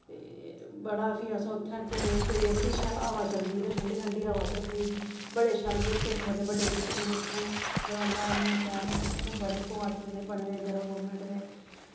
ते बड़ा फ्ही अस उत्थें घूमे फिरे बड़ी शैल हवा चलदी उत्थें ठंडी ठंडी हवा चलदी बड़े शैल बूह्टे न बड्डे बड्डे बूह्टे न उत्थैं ग्राउंडां बड़ियां शैल न उत्थें बड़े क्वाटर जेह् बने दे गौरमैंट दे